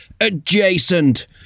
adjacent